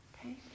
okay